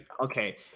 Okay